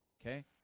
Okay